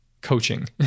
coaching